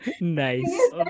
Nice